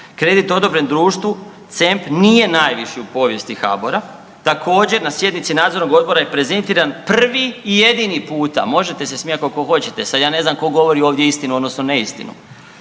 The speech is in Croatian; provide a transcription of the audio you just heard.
kredit odobren društvu C.E.M.P. nije najviši u povijesti HABOR-a, također na sjednici nadzornog odbora je prezentiran prvi i jedini puta, možete se smijati koliko hoćete sad ja ne znam tko govori ovdje istinu odnosno neistinu,